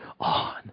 on